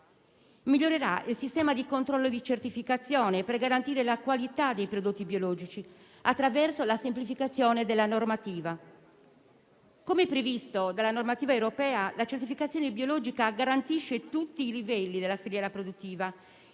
migliorerà il sistema di controllo e di certificazione per garantire la qualità dei prodotti biologici, attraverso la semplificazione della normativa. Come previsto dalla normativa europea, la certificazione biologica garantisce tutti i livelli della filiera produttiva.